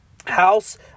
house